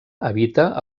habita